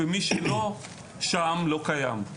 ומי שלא שם לא קיים.